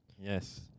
Yes